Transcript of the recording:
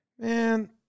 Man